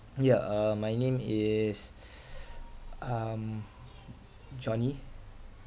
yeah uh my name is um johnny